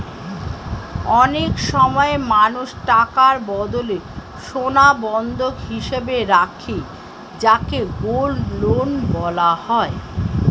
অনেক সময় মানুষ টাকার বদলে সোনা বন্ধক হিসেবে রাখে যাকে গোল্ড লোন বলা হয়